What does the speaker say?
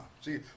See